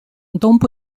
东部